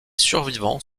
survivants